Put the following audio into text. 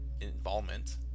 involvement